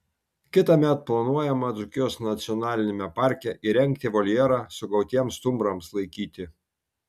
kitąmet planuojama dzūkijos nacionaliniame parke įrengti voljerą sugautiems stumbrams laikyti